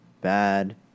bad